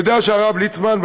אני יודע שהרב ליצמן,